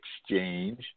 exchange